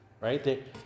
right